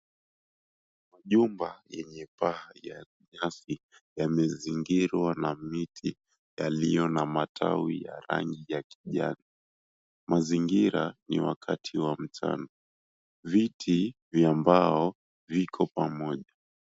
Majumba yenye paa ya nyasi yamezingirwa na miti yaliyo na matawi ya rangi ya kijani. Mazingira ni wakati wa mchana. Viti vya mbao viko pamoja.